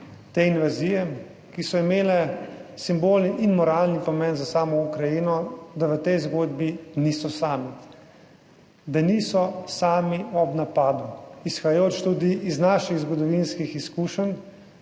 te invazije, ki so imele simbolni in moralni pomen za samo Ukrajino, da v tej zgodbi niso sami, da niso sami ob napadu, izhajajoč tudi iz naših zgodovinskih izkušenj,